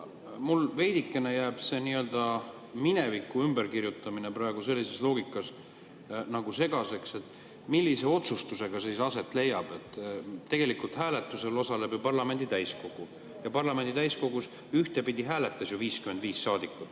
Mulle veidikene jääb see nii-öelda mineviku ümberkirjutamine praegu sellises loogikas segaseks. Millise otsustuse alusel see aset leiab? Tegelikult hääletusel osaleb ju parlamendi täiskogu ja parlamendi täiskogus ühtepidi hääletas 55 saadikut,